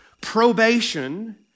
probation